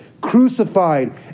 crucified